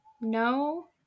No